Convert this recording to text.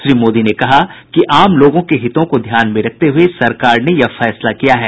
श्री मोदी ने कहा कि आम लोगों के हितों को ध्यान में रखते हुए सरकार ने यह निर्णय लिया है